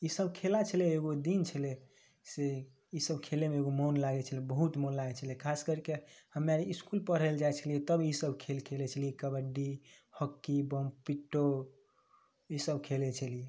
ई सब खेला छलै एगो दिन छलै से ई सब खेले मे एगो मोन लागै छलै बहुत मोन लागै छलै खासकरके हमे आर इसकुल पढ़े ला जाइ छलियै तब ई सब खेल खेलै छलियै कबड्डी होक्की बमपिट्टो ई सब खेलै छलियै